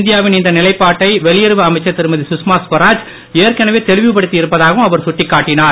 இந்தியாவின் இந்த நிலைபாட்டை வெளியுறவு அமைச்சர் திருமதி சுஷ்மா கவராத் ஏற்கனவே தெளிவுபடுத்தி இருப்பதாகவும் அவர் சுட்டிக்காட்டினார்